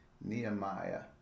Nehemiah